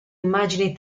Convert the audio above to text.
immagini